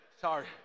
Sorry